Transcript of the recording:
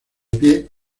pie